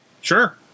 sure